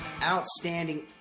Outstanding